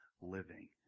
living